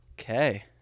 okay